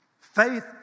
Faith